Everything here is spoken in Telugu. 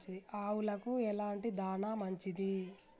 ఆవులకు ఎలాంటి దాణా మంచిది?